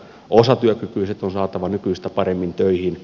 osatyökykyiset on saatava nykyistä paremmin töihin